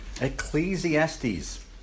Ecclesiastes